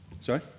Sorry